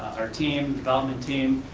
our team, development team,